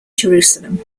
jerusalem